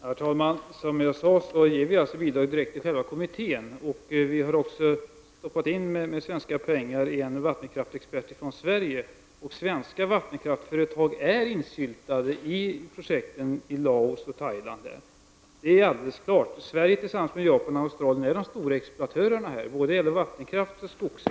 Herr talman! Som jag sade är vi engagerade direkt i själva kommittén, och vi har även ekonomiskt bidragit till en vattenkraftsexpert från Sverige. Svenska vattenkraftsföretag är insyltade i projekten i Laos och Thailand. Sverige tillsammans med Japan och Australien är de största exploatörerna här av både vattenkraft och skog.